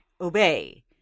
obey